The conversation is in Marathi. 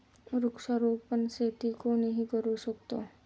वृक्षारोपण शेती कोणीही करू शकतो